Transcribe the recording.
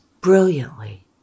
brilliantly